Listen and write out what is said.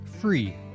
Free